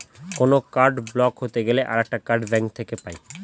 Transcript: কোনো card block হতে গেলে আরেকটা কার্ড ব্যাঙ্ক থেকে পাই